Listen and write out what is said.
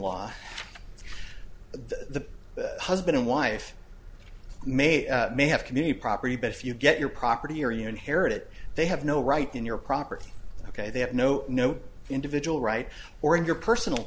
law the husband and wife i may may have community property but if you get your property or you inherit it they have no rights in your property ok they have no no individual rights or in your personal